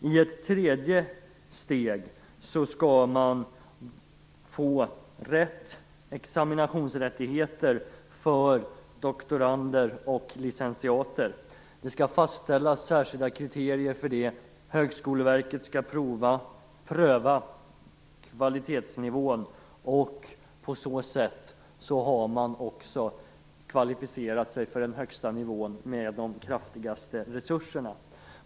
I ett tredje steg skall man få examinationsrättigheter för doktorander och licentiater. Det skall fastställas särskilda kriterier för det. Högskoleverket skall pröva kvalitetsnivån. På det sättet har man också kvalificerat sig för den högsta nivån med de kraftigaste resurserna.